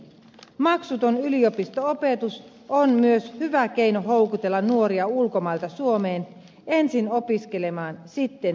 maksuton yliopisto opetus on myös hyvä keino houkutella nuoria ulkomailta suomeen ensin opiskelemaan sitten töihin